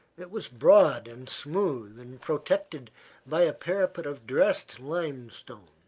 it was broad and smooth and protected by a parapet of dressed limestone.